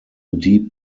deep